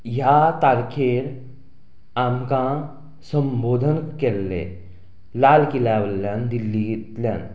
ह्या तारखेर आमकां संबोधन केल्लें लालकिल्या वयल्यान दिल्लींतल्यान